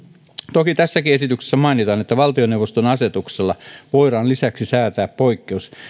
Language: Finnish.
toki tässäkin esityksessä mainitaan että valtioneuvoston asetuksella voidaan lisäksi säätää poikkeus